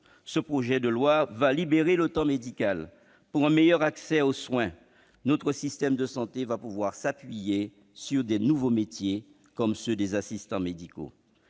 permettra de libérer du temps médical, pour un meilleur accès aux soins. Notre système de santé pourra s'appuyer sur de nouveaux métiers, comme ceux des assistants médicaux.